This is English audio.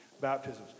baptisms